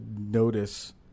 notice